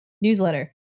newsletter